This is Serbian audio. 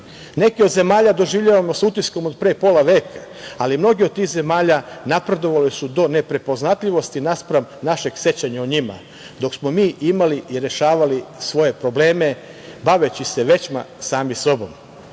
Neke od zemalja doživljavamo sa utiskom od pre pola veka, ali mnoge od tih zemalja napredovale su do neprepoznatljivosti naspram našeg sećanja o njima, dok smo mi imali i rešavali svoje probleme, baveći se većma sami